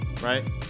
right